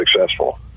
successful